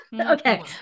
okay